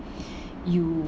you